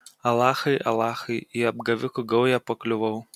alachai alachai į apgavikų gaują pakliuvau